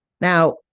Now